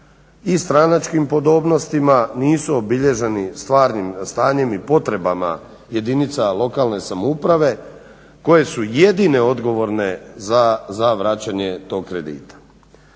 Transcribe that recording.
i stranačkim podobnostima, nisu obilježeni stvarnim stanjem i potrebama jedinica lokalne samouprave koje su jedine odgovorne za vraćanje tog kredita.